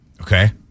Okay